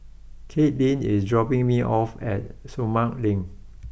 Katelynn is dropping me off at Sumang Link